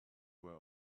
were